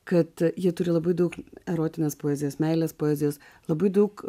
kad jie turi labai daug erotinės poezijos meilės poezijos labai daug